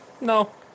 No